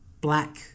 black